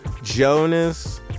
Jonas